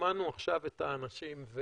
שמענו עכשיו את האנשים,